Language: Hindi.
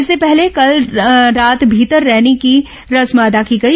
इससे पहले कल रात भीतर रैनी की रस्म अदा की गई